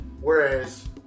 Whereas